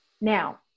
Now